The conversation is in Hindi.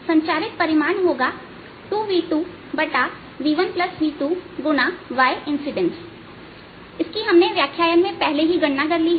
संचारित परिमाण होगा 2v2 v1v2 yincident इसकी हमने व्याख्यान में पहले ही गणना कर ली है